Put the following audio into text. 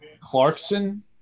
Clarkson